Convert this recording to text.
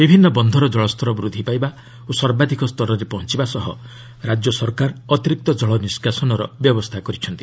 ବିଭିନ୍ନ ବନ୍ଧର ଜଳସ୍ତର ବୃଦ୍ଧି ପାଇବା ଓ ସର୍ବାଧିକ ସ୍ତରରେ ପହଞ୍ଚିବା ସହ ରାଜ୍ୟ ସରକାର ଅତିରିକ୍ତ ଜଳ ନିଷ୍କାସନର ବ୍ୟବସ୍ଥା କରିଛନ୍ତି